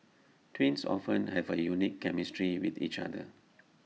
twins often have A unique chemistry with each other